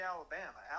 Alabama